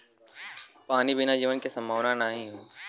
पानी बिना जीवन के संभावना नाही हौ